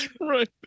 Right